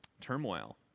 turmoil